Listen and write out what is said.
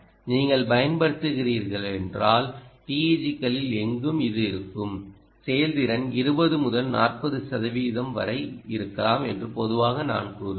நீங்கள் பயன்படுத்துகிறீர்களானால் TEG களில் எங்கும் இது இருக்கும் செயல்திறன் 20 முதல் 40 சதவிகிதம் வரை இருக்கலாம் என்று பொதுவாக நான் கூறுவேன்